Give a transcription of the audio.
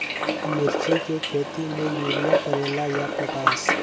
मिर्ची के खेती में यूरिया परेला या पोटाश?